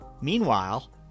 Meanwhile